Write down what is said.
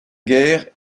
guerre